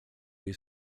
jej